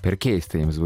per keista jiems buvo